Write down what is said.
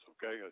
Okay